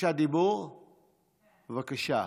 בקשת דיבור, בבקשה.